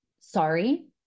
Sorry